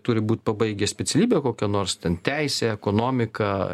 turi būt pabaigę specialybę kokią nors ten teisę ekonomiką